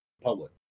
public